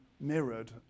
mirrored